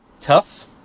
Tough